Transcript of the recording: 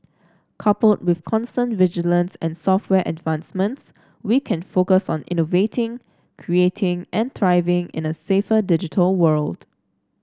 coupled with constant vigilance and software advancements we can focus on innovating creating and thriving in a safer digital world